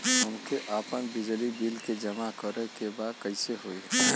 हमके आपन बिजली के बिल जमा करे के बा कैसे होई?